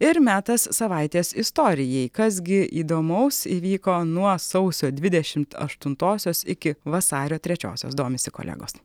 ir metas savaitės istorijai kas gi įdomaus įvyko nuo sausio dvidešimt aštuntosios iki vasario trečiosios domisi kolegos